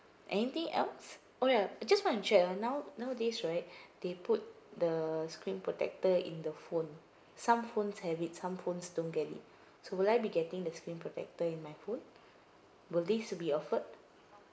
anything else oh ya I just wanna check ah now~ nowadays right they put the screen protector in the phone some phones have it some phones don't get it so will I be getting the screen protector in my phone will least to be offered